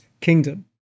kingdom